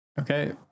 okay